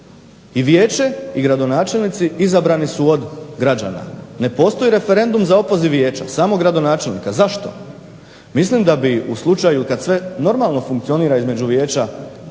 I vijeće i gradonačelnici izabrani su od građana. Ne postoji referendum za opoziv vijeća, samo gradonačelnika, zašto. Mislim da u slučaju kad sve normalno funkcionira između vijeća